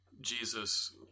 Jesus